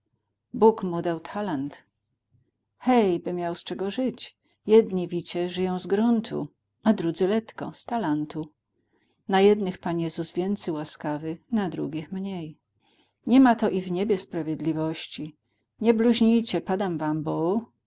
bóg mu dał talent hej by miał z czego żyć jedni wicie żyją z gruntu a drudzy letko z talentu na jednych paniezus więcy łaskawy na drugich mniej nima to i w niebie sprawiedliwości nie bluźnijcie padam wam bo